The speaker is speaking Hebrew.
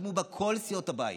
חתמו כל סיעות הבית.